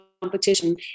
Competition